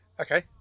Okay